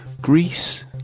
Greece